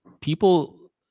people